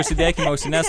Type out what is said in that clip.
užsidėkim ausines